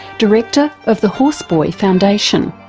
director of the horse boy foundation,